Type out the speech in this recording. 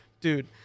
dude